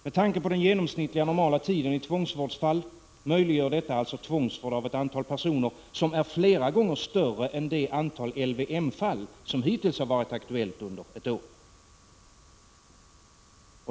Med tanke på den genomsnittliga normala tiden i tvångsvårdsfall möjliggör detta tvångsvård av ett antal personer som är flera gånger större än det antal LVM-fall som hittills varit aktuellt under ett år.